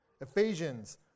Ephesians